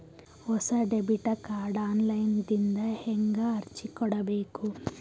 ಹೊಸ debit card online ದಿಂದ ಹೇಂಗ ಅರ್ಜಿ ಕೊಡಬೇಕು?